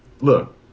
Look